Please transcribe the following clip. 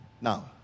Now